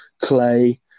clay